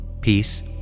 Peace